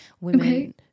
women